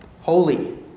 holy